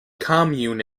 commune